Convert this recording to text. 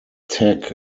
tech